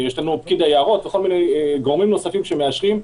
יש לנו פקיד היערות וכל מיני גורמים נוספים שמאשרים.